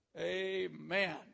amen